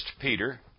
Peter